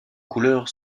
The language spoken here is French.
couleur